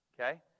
Okay